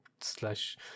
slash